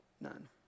none